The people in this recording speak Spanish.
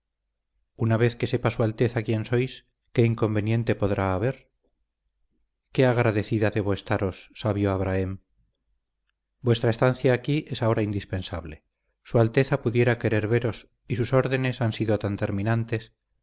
una vez que sepa su alteza quién sois qué inconveniente podrá haber qué agradecida debo estaros sabio abrahem vuestra estancia aquí es ahora indispensable su alteza pudiera querer veros y sus órdenes han sido tan terminantes